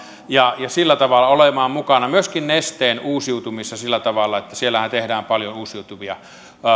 ja sillä tavalla olemaan mukana myöskin nesteen uusiutumisessa siellähän tehdään paljon uusiutuvia